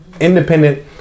independent